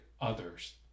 others